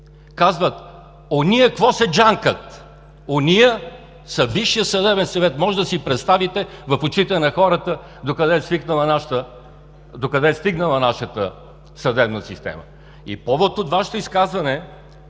– ония какво се джанкат? „Ония“ са Висшият съдебен съвет. Можете да си представите в очите на хората докъде е стигнала нашата съдебна система. И повод от Вашето изказване